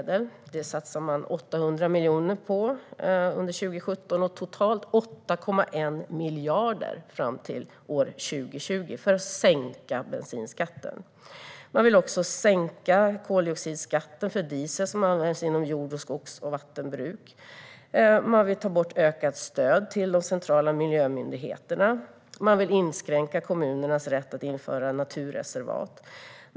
För att sänka bensinskatten satsar man nu 800 miljoner under 2017 och totalt 8,1 miljarder fram till år 2020. Man vill också sänka koldioxidskatten för diesel som används inom jord-, skogs och vattenbruk. Man vill ta bort det ökade stödet till de centrala miljömyndigheterna. Man vill inskränka kommunernas rätt att inrätta naturreservat.